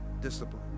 discipline